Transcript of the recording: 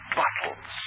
bottles